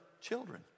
children